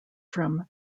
from